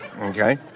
Okay